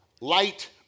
Light